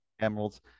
emeralds